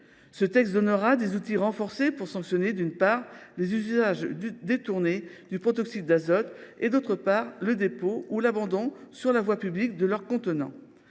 disposition des outils renforcés pour sanctionner, d’une part, les usages détournés du protoxyde d’azote et, d’autre part, le dépôt ou l’abandon sur la voie publique des contenants.